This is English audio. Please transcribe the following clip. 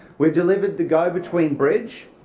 we've delivered the go between bridge,